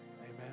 Amen